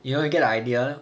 you know you get the idea